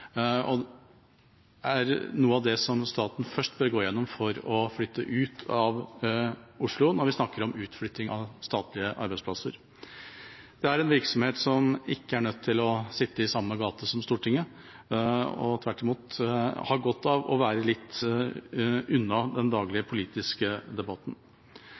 og er noe av det som staten først bør gå gjennom for å flytte ut av Oslo når vi snakker om utflytting av statlige arbeidsplasser. Det er en virksomhet som ikke er nødt til å sitte i samme gate som Stortinget, og tvert imot har godt av å være litt unna den daglige politiske debatten.